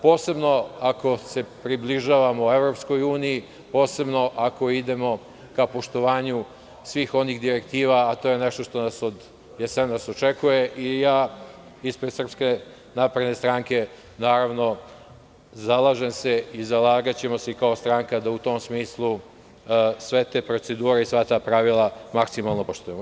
Posebno ako se približavamo Evropskoj uniji, posebno ako idemo ka poštovanju svih onih direktiva, a to je nešto što nas od jesenas očekuje, i ja ispred Srpske napredne stranke, naravno, zalažem se i zalagaćemo se kao stranka da u tom smislu sve te procedure i sva ta pravila maksimalno poštujemo.